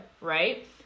right